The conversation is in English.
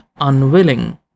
unwilling